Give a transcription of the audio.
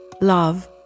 love